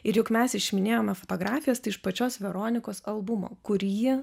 ir juk mes išiminėjome fotografijas tai iš pačios veronikos albumo kur ji